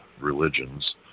religions